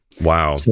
Wow